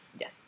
yes